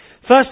First